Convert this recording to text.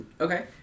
okay